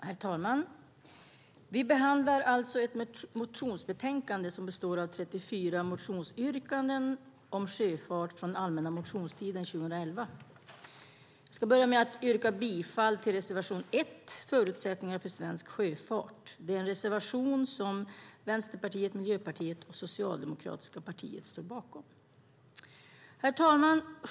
Herr talman! Vi behandlar alltså ett motionsbetänkande med 34 motionsyrkanden om sjöfart från allmänna motionstiden 2011. Jag ska börja med att yrka bifall till reservation 1 om förutsättningarna för svensk sjöfart. Det är en reservation som Vänsterpartiet, Miljöpartiet och Socialdemokraterna står bakom. Herr talman!